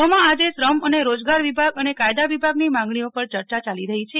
ગૃહમાં આજે શ્રમ અને રોજગાર વિભાગ અને કાયદા વિભાગની માંગણીઓ પર યર્યા યાલી રહી છે